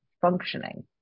functioning